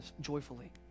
joyfully